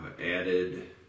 Added